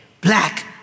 Black